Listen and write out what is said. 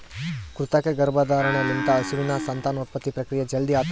ಕೃತಕ ಗರ್ಭಧಾರಣೆ ಲಿಂತ ಹಸುವಿನ ಸಂತಾನೋತ್ಪತ್ತಿ ಪ್ರಕ್ರಿಯೆ ಜಲ್ದಿ ಆತುದ್